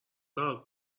برات